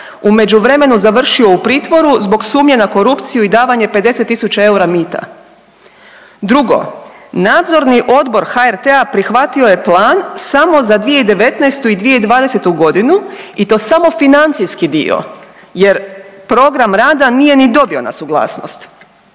međuvremenu završio u pritvoru zbog sumnje na korupciju i davanje 50 tisuća eura mita. Drugo, nadzorni odbor HRT-a prihvatio je plan samo za 2019. i 2020. godinu i to samo financijski dio jer program rada nije ni dobio na suglasnost.